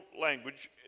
language